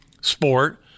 sport